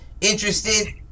interested